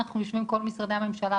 אנחנו יושבים כל משרדי הממשלה,